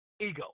ego